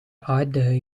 aardige